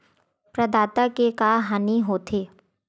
प्रदाता के का हानि हो थे?